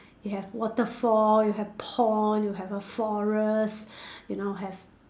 you have waterfall you have pond you have a forest you know have